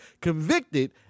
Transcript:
convicted